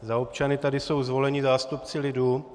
Za občany tady jsou zvoleni zástupci lidu.